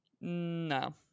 no